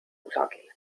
kusagil